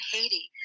Haiti